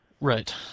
Right